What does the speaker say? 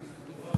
מצביעה